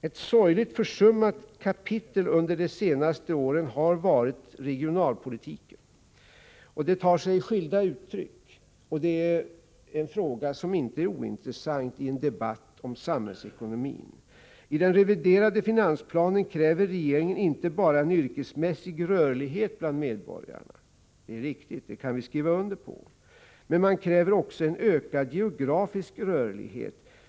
Ett sorgligt försummat kapitel under de senaste åren har varit regionalpolitiken. Detta tar sig skilda uttryck. Det är en fråga som inte är ointressant i en debatt om samhällsekonomin. I den reviderade finansplanen kräver regeringen inte bara en yrkesmässig rörlighet bland medborgarna. Detta är riktigt, det kan vi skriva under på. Men man kräver också en ökad geografisk rörlighet.